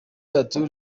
arthur